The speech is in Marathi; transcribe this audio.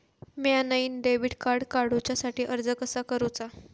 म्या नईन डेबिट कार्ड काडुच्या साठी अर्ज कसा करूचा?